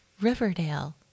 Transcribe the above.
Riverdale